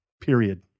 period